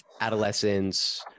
adolescents